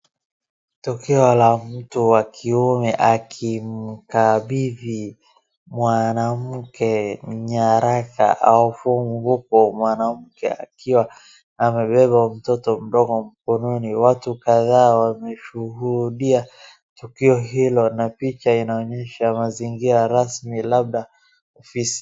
Tukio la mtu wa kiume akimkabidhi mwanamke nyaraka au fomu, huku mwanamke akiwa amebeba mtoto mdogo mkononi. Watu kadhaa wameshuhudia tukio hilo na picha inaonyesha mazingira rasmi, labda ofisi.